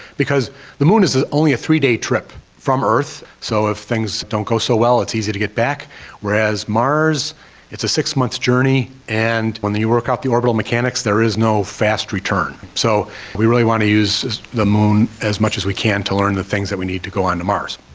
because the moon is is only a three-day trip from earth, so if things don't go so well it's easy to get back whereas mars it's a six-month journey and when you work out the orbital mechanics there is no fast return. so we really want to use the moon as much as we can to learn the things that we need to go on to mars.